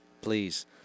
Please